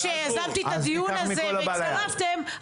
יש איפה ואיפה בנבחרת הדירקטורים.